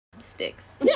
sticks